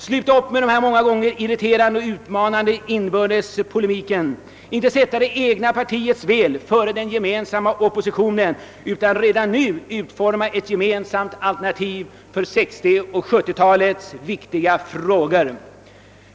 Sluta upp med den många gånger irriterande och utmanande inbördes polemiken, sätt inte det egna partiets väl före den gemensamma oppositionens utan utforma redan nu ett gemensamt alternativ för 1960 och 1970-talens viktiga frågor!